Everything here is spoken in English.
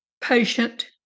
patient